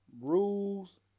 rules